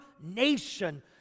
nation